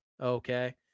Okay